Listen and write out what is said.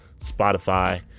Spotify